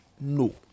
no